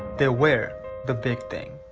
they were the big thing!